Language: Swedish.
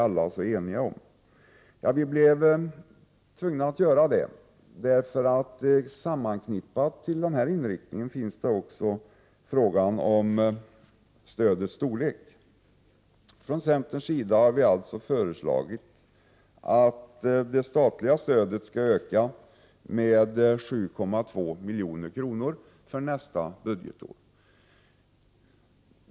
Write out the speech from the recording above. Vi blev tvungna att reservera oss, därför att frågan om stödets storlek också är sammankopplad med denna inriktning. Från centerns sida har vi alltså föreslagit att det statliga stödet skall öka med 7,2 milj.kr. för nästa budgetår.